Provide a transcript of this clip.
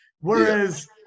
Whereas